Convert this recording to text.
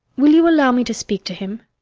will you allow me to speak to him?